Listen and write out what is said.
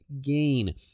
gain